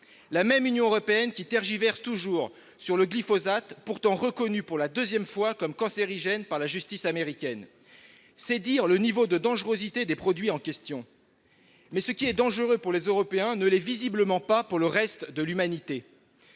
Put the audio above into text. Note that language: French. La même Union européenne qui tergiverse toujours sur le glyphosate, pourtant reconnu pour la deuxième fois comme cancérigène par la justice américaine. C'est dire le niveau de dangerosité des produits en question. Mais ce qui est dangereux pour les Européens ne l'est visiblement pas pour le reste de l'humanité